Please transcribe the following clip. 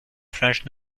french